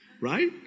Right